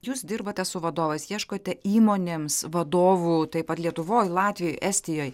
jūs dirbate su vadovais ieškote įmonėms vadovų taip pat lietuvoj latvijoj estijoj